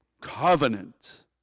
covenant